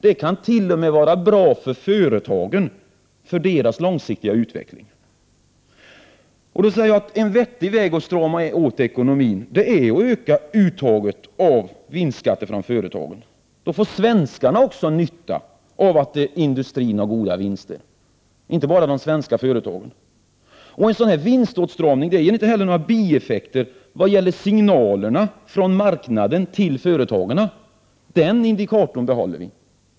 Det kan t.o.m. vara bra för företagens långsiktiga utveckling. En vettig väg att strama åt ekonomin är att öka uttaget av vinstskatter från företagen. Då får svenskarna också nytta av att industrin har goda vinster, inte bara de svenska företagen. En sådan vinståtstramning ger inte heller några bieffekter i vad gäller signalerna från marknaden till företagen. Den indikatorn behåller vi.